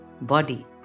body